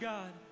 God